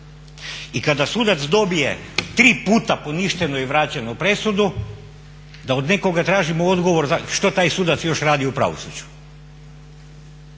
I kada sudac dobije tri puta poništeno i vraćenu presudu da od nekoga tražimo odgovor što taj sudac još radi u pravosuđu.